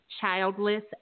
childless